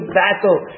battle